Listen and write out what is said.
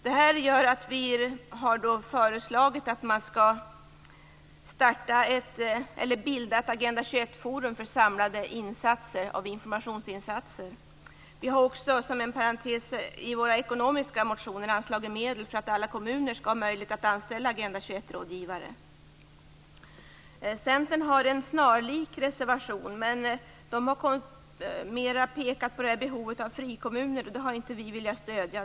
Detta gör att vi förelår att man skall bilda ett Agenda 21-forum för samlade informationsinsatser. Vi har också, som en parentes, i våra ekonomiska motioner anslagit medel för att alla kommuner skall ha möjlighet att anställa Agenda 21 Centern har en snarlik reservation, men där har man mer pekat på behovet av frikommuner, och det har vi inte velat stödja.